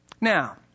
Now